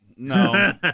No